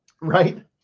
Right